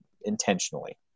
intentionally